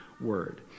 word